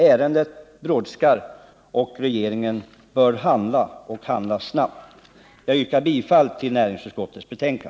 Ärendet brådskar, och regeringen bör handla — och handla snabbt. Jag yrkar bifall till utskottets hemställan.